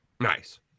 Nice